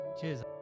Cheers